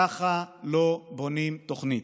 ככה לא בונים תוכנית.